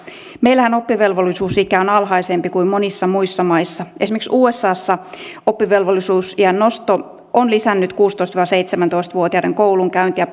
meillähän oppivelvollisuusikä on alhaisempi kuin monissa muissa maissa esimerkiksi usassa oppivelvollisuusiän nosto on lisännyt kuusitoista viiva seitsemäntoista vuotiaiden koulunkäyntiä